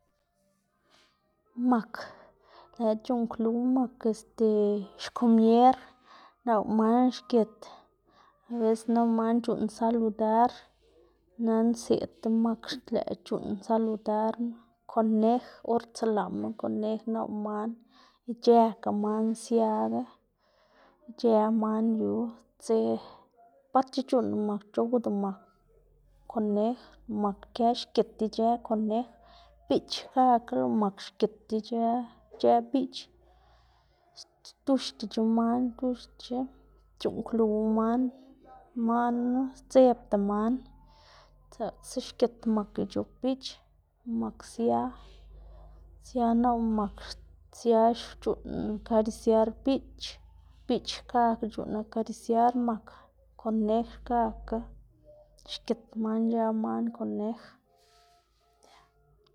mak lëꞌkga c̲h̲uꞌnnkluw mak este xkomier, nap lëꞌ man xgit abecés nap lëꞌ man c̲h̲uꞌnn saludar nana lëꞌ c̲h̲uꞌnn saludar. Konej or tselaꞌma konej nap lëꞌ man ic̲h̲ëkga man siaga ic̲h̲ë man yu dze, batc̲h̲a c̲h̲uꞌnnda mak c̲h̲owda mak konej, lëꞌ mak kë xgit ic̲h̲ë konej, biꞌch xkakga lëꞌ mak xgit ic̲h̲ë ic̲h̲ë biꞌch, xduxdac̲h̲a man xduxdc̲h̲a, c̲h̲uꞌnnkluw man man knu sdzebda man zaꞌksa xgit mak ic̲h̲op biꞌch, mak sia sia nap lëꞌ mak sia c̲h̲uꞌnn karisiar biꞌch, biꞌch xkakga c̲h̲uꞌnn karisiar mak, konej xkakga xgit man ic̲h̲ë man konej.